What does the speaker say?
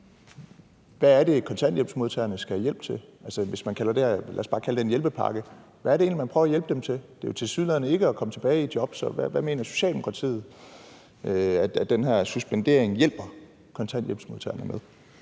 Hvad er det, kontanthjælpsmodtagerne skal have hjælp til? Altså, hvis man nu kalder det her en hjælpepakke, hvad er det så egentlig, man prøver at hjælpe dem til? Det er jo tilsyneladende ikke at komme tilbage i job. Hvad mener Socialdemokratiet at den her suspendering hjælper kontanthjælpsmodtagerne med?